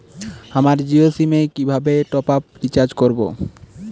আমার জিও সিম এ কিভাবে টপ আপ রিচার্জ করবো?